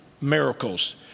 miracles